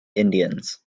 indians